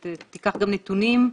ותיקח גם נתונים.